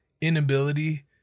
inability